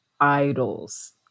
idols